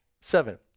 seven